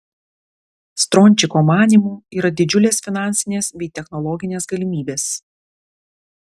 strončiko manymu yra didžiulės finansinės bei technologinės galimybės